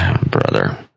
Brother